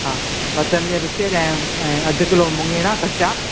हा पतंजली जा बिस्केट ऐं ऐं अधु किलो मुङेरा कचा